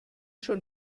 schon